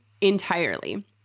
Entirely